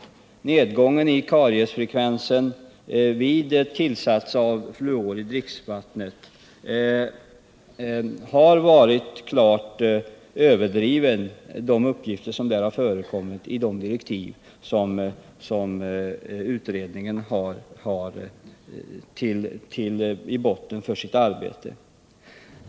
Uppgifterna om nedgången i kariesfrekvensen vid tillsats av fluor i dricksvattnet har varit klart överdrivna i de direktiv som utredningen har i bottnen för sitt arbete.